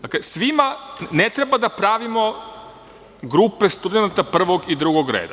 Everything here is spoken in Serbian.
Dakle, ne treba da pravimo grupe studenata prvog i drugog reda.